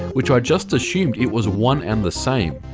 which i just assumed, it was one and the same.